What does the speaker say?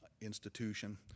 institution